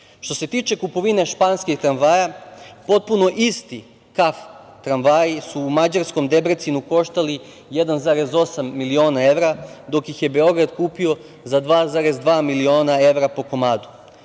se tiče kupovine španskih tramvaja, potpuno isti „Kaf tramvaji“ su u mađarskom Debrecinu koštali 1,8 miliona evra, dok ih je Beograd kupio za 2,2 miliona evra po komadu.